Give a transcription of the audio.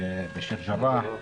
בשייח' ג'ראח,